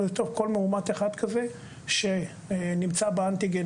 כל מאומת אחד כזה שנמצא באנטיגן,